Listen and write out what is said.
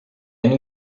only